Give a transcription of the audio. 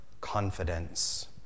confidence